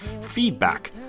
Feedback